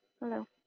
Hello